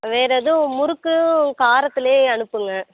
வேறு ஏதும் முறுக்கும் காரத்திலையே அனுப்புங்கள்